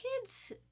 kids